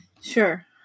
Sure